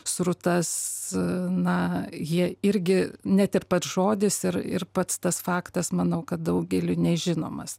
srutas na jie irgi net ir pats žodis ir ir pats tas faktas manau kad daugeliui nežinomas